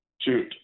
Shoot